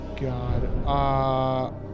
God